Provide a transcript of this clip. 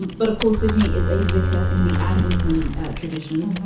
but of course, sydney is a vicar in the anglican tradition.